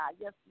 yes